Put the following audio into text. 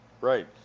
Right